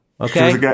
Okay